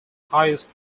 highest